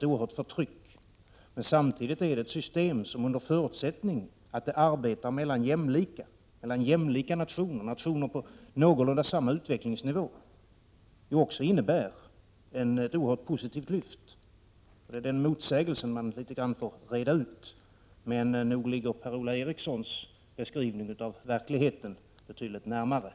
Det är samtidigt ett system som kan innebära ett oerhört positivt lyft, under förutsättning att det arbetar mellan jämlika nationer — nationer på någorlunda samma utvecklingsnivå. Det är den motsägelsen som man får reda ut litet grand. Men nog ligger Per-Ola Erikssons beskrivning av verkligheten betydligt närmare